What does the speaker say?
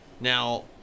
Now